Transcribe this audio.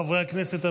חברי הכנסת,